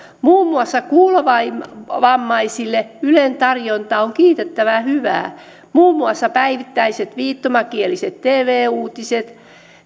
muun muassa kuulovammaisille ylen tarjonta on kiitettävän hyvää muun muassa päivittäiset viittomakieliset tv uutiset